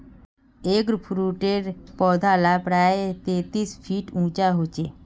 एगफ्रूटेर पौधा ला प्रायः तेतीस फीट उंचा होचे